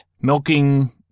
milking